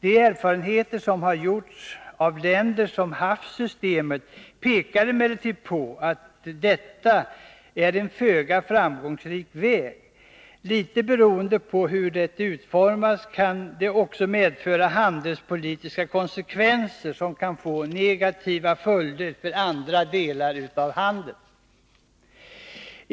De erfarenheter som har gjorts av länder som haft systemet pekar emellertid på att detta är en föga framgångsrik väg. Litet beroende på hur det utformas kan det också medföra handelspolitiska konsekvenser, som kan få negativa följder för andra delar av handeln.